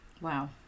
Wow